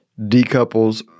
decouples